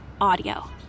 audio